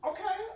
Okay